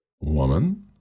Woman